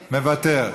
מוותר.